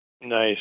Nice